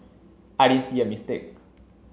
I didn't see a mistake